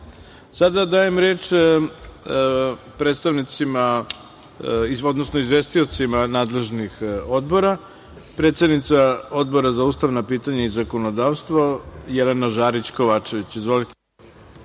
dajem reč predstavnicima, odnosno izvestiocima nadležnih odbora. Predsednica Odbora za ustavna pitanja i zakonodavstvo, Jelena Žarić Kovačević. Izvolite.